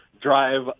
drive